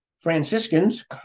Franciscans